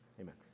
amen